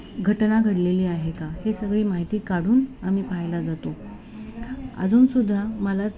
घटना घडलेली आहे का हे सगळी माहिती काढून आम्ही पाहायला जातो अजूनसुद्धा मला